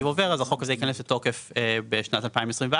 עובר החוק הזה ייכנס לתוקף בשנת 2024,